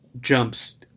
jumps